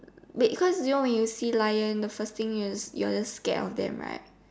wait because you know when you see lion the first thing you is you're scared of them right